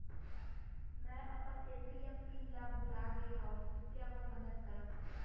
मै अपन ATM pin ला भूलागे हव, कृपया मोर मदद करव